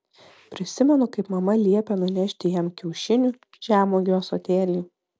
prisimenu kaip mama liepė nunešti jam kiaušinių žemuogių ąsotėlį